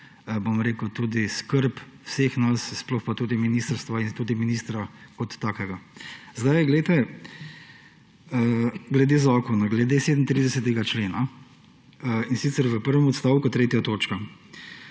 primarna tudi skrb vseh nas, sploh pa tudi ministrstva in tudi ministra kot takega. Glede zakona, glede 37. člena, in sicer v prvem odstavku 3. točke,